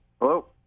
Hello